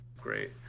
great